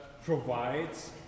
Provides